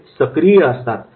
ते सक्रिय असतात